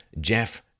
Jeff